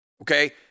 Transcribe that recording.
Okay